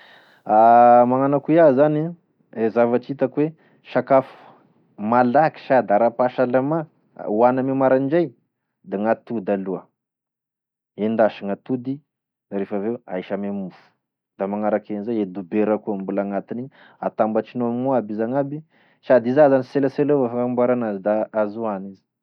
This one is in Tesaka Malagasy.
Magnano akoia zany e zavatry hitako hoe sakafo malaky sady ara-pahasalama hohanigny ame maraindray de gn'atody aloa endasy gn'atody da rehefa avy eo ahisy ame mofo da magnaraky enizay e dobera koa mbola agnatiny atambatrinao amignao aby izy agnaby sady iza zash selasela avao gnagnamboara anazy da azo hoany.